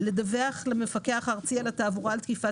לדווח למפקח הארצי על התעבורה על תקיפת